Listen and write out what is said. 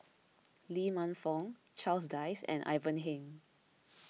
Lee Man Fong Charles Dyce and Ivan Heng